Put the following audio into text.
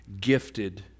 Gifted